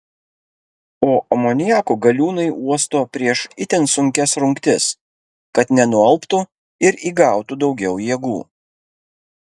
o amoniako galiūnai uosto prieš itin sunkias rungtis kad nenualptų ir įgautų daugiau jėgų